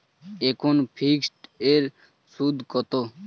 এখন ফিকসড এর সুদ কত?